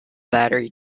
battery